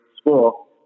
school